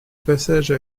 passage